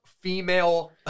female